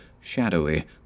shadowy